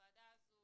הוועדה הזו